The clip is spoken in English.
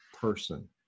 person